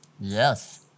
Yes